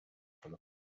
from